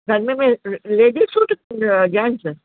त हिन में ले लेडीस सूट ओ जेन्स